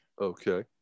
okay